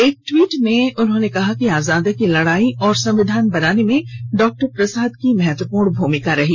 एक ट्वीट में श्री मोदी ने कहा कि आजादी की लड़ाई और संविधान बनाने में डॉक्टर प्रसाद की महत्वपूर्ण भूमिका थी